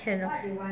can lah